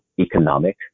economic